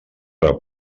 per